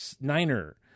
niner